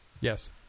Yes